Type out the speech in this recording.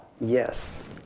Yes